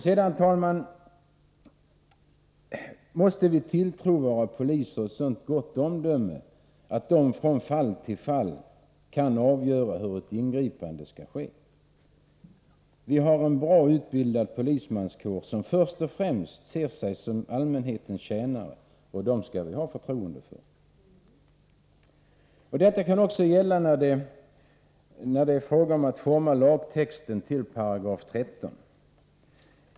Sedan, herr talman, måste vi ha tilltro till att våra poliser har så gott omdöme att de från fall till fall kan avgöra hur ett ingripande skall ske. Vi har väl utbildade poliser, som först och främst ser sig själva som allmänhetens tjänare, och dem skall vi ha förtroende för. Detta kan gälla också när det är fråga om att utforma lagtexten till 13 §.